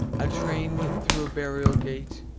a train went through a burial gate,